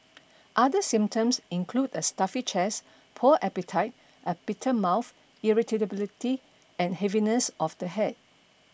other symptoms include a stuffy chest poor appetite a bitter mouth irritability and heaviness of the head